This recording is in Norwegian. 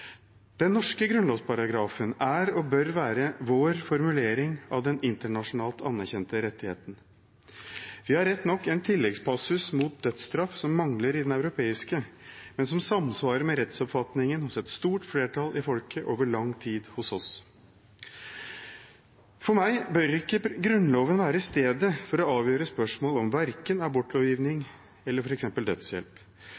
Den norske grunnlovsparagrafen er og bør være vår formulering av den internasjonalt anerkjente rettigheten. Vi har rett nok en tilleggspassus mot dødsstraff, som mangler i den europeiske, men som samsvarer med rettsoppfatningen hos et stort flertall i folket over lang tid hos oss. For meg bør ikke Grunnloven være stedet for å avgjøre spørsmål om verken